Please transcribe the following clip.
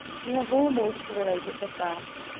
you have almost related the facts.